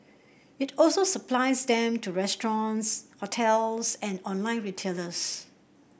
it also supplies them to restaurants hotels and online retailers